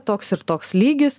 toks ir toks lygis